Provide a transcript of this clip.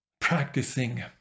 practicing